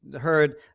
heard